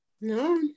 No